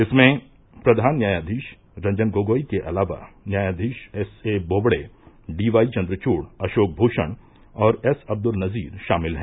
इसमें प्रधान न्यायाधीश रंजन गोगोई के अलावा न्यायाधीश S A Bobde D Y Chandrachud Ashok Bhushan और एस अद्दल नजीर शामिल हैं